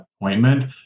appointment